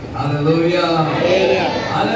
Hallelujah